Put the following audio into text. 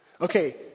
Okay